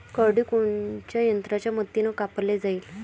करडी कोनच्या यंत्राच्या मदतीनं कापाले पायजे?